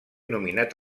nominat